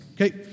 Okay